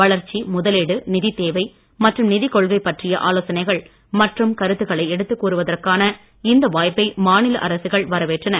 வளர்ச்சி முதலீடு நிதித்தேவை மற்றும் நிதிக்கொள்கை பற்றிய ஆலோசனைகள் மற்றும் கருத்துக்களை எடுத்துக் கூறுவதற்கான இந்த வாய்ப்பை மாநில அரசுகள் வரவேற்றன